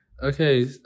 Okay